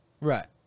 Right